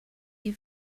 you